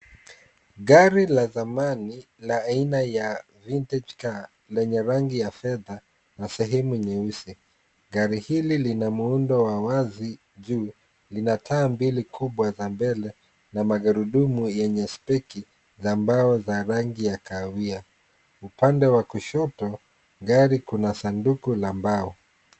Gari la zamani, la aina ya vintage car , lenye rangi ya fedha na sehemu nyeusi. Gari hili lina muundo wa wazi juu, lina taa mbili kubwa za mbele, na magerudumu yenye spiki za mbao za rangi ya kahawia. Upande wa kushoto gari kuna sanduku la mbao.